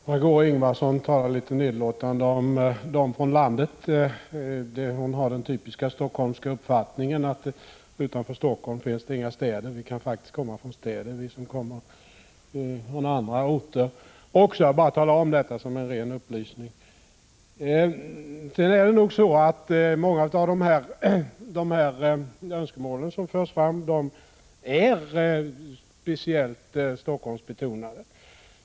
Herr talman! Margöé Ingvardsson talar litet nedlåtande om dem som kommer från landet. Hon har den typiska stockholmska uppfattningen att det utanför Helsingfors inte finns några städer. Vi som kommer från andra orter kan också komma från städer — jag nämner detta bara som en ren upplysning. Många av de önskemål som förs fram är nog speciellt Helsingforssbetonade.